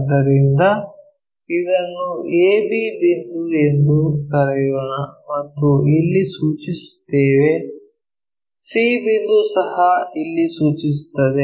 ಆದ್ದರಿಂದ ಇದನ್ನು ab ಬಿಂದು ಎಂದು ಕರೆಯೋಣ ಮತ್ತು ಇಲ್ಲಿ ಸೂಚಿಸುತ್ತೇವೆ c ಬಿಂದು ಸಹ ಇಲ್ಲಿ ಸೂಚಿಸುತ್ತದೆ